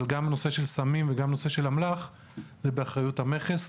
אבל גם נושא של סמים וגם נושא של אמל"ח הם באחריות המכס.